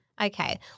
Okay